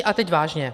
A teď vážně.